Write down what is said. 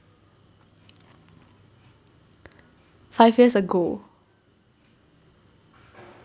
five years ago